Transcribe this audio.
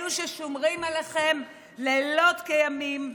אלו ששומרים עליכם לילות כימים.